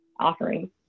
offering